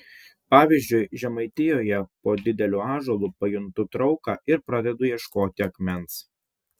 pavyzdžiui žemaitijoje po dideliu ąžuolu pajuntu trauką ir pradedu ieškoti akmens